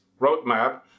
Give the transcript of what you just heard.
roadmap